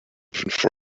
for